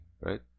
right